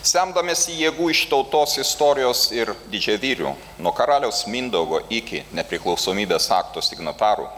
semdamiesi jėgų iš tautos istorijos ir didžiavyrių nuo karaliaus mindaugo iki nepriklausomybės akto signatarų